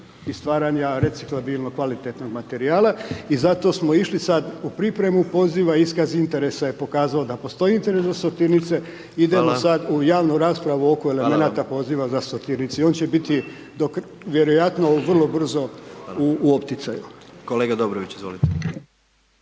i stvaranja reciklabilnog kvalitetnog materijala. I zato smo išli sad u pripremu poziva, iskaz interesa je pokazao da postoji interes za sortirnice. Idemo sad u javnu raspravu oko elemenata poziva za sortirnice i on će biti vjerojatno vrlo brzo u opticaju. **Jandroković, Gordan